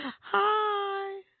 Hi